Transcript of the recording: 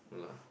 no lah